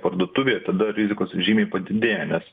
parduotuvėj tada rizikos žymiai padidėja nes